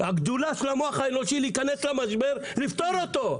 הגדולה של המוח האנושי היא להיכנס למשבר ולפתור אותו.